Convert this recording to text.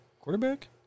quarterback